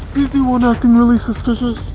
you do ah nothing really suspicious